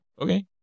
Okay